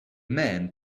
man